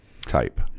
type